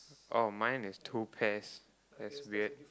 oh mine is two pairs that's weird